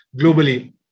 globally